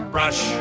Brush